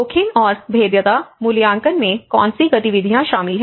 जोखिम और भेद्यता मूल्यांकन में कौन सी गतिविधियाँ शामिल हैं